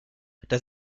dann